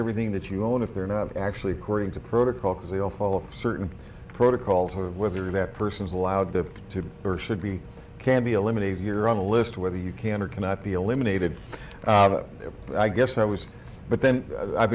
everything that you own if they're not actually according to protocol because they all follow certain protocols whether that person is allowed to to earth should be can be eliminated you're on a list whether you can or cannot be eliminated i guess i was but then i've